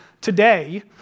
today